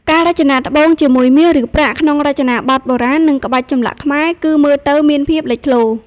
ការរចនាត្បូងជាមួយមាស ឬប្រាក់ក្នុងរចនាប័ទ្មបុរាណ និងក្បាច់ចម្លាក់ខ្មែរ គឺមើលទៅមានភាពលេចធ្លោ។